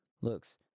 looks